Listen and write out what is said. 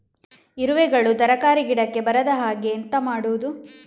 ಇರುವೆಗಳು ತರಕಾರಿ ಗಿಡಕ್ಕೆ ಬರದ ಹಾಗೆ ಎಂತ ಮಾಡುದು?